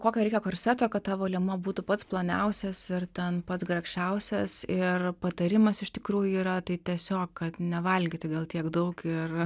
kokio reikia korseto kad tavo liemuo būtų pats ploniausias ir ten pats grakščiausias ir patarimas iš tikrųjų yra tai tiesiog nevalgyti gal tiek daug ir